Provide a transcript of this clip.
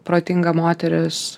protinga moteris